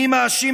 אני מאשים את,